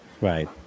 Right